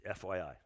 FYI